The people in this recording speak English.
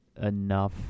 enough